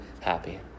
happy